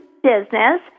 Business